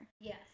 Yes